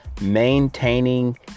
maintaining